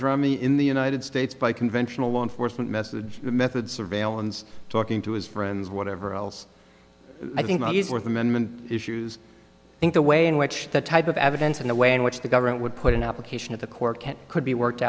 drummy in the united states by conventional law enforcement message method surveillance talking to his friends whatever else i think he's worth amendment issues think the way in which that type of evidence and the way in which the government would put an application at the court can could be worked